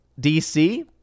DC